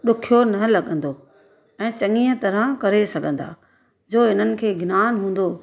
ॾुखियो न लॻंदो ऐं चङीअ तरह करे सघंदा जो हिननि खे इग्नान हूंदो